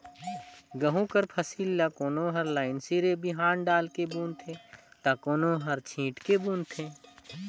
गहूँ कर फसिल ल कोनो हर लाईन सिरे बीहन डाएल के बूनथे ता कोनो हर छींट के बूनथे